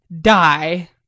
Die